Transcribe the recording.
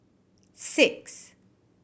six